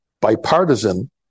bipartisan